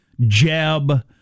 Jeb